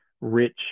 rich